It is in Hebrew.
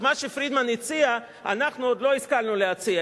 את מה שפרידמן הציע אנחנו עוד לא השכלנו להציע,